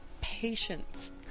patience